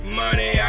money